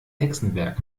hexenwerk